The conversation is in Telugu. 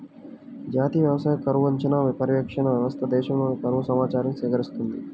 జాతీయ వ్యవసాయ కరువు అంచనా, పర్యవేక్షణ వ్యవస్థ దేశంలోని కరువు సమాచారాన్ని సేకరిస్తుంది